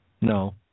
No